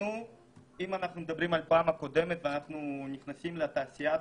אם אנחנו מדברים על הפעם הקודמת ונכנסים לתעשיית